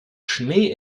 schnee